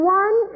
one